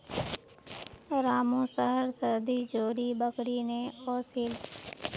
रामू शहर स दी जोड़ी बकरी ने ओसील